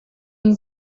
une